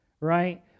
Right